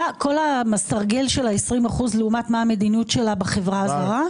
כל הסרגל של ה-20 אחוזים לעומת מה המדיניות שלה בחברה הזרה?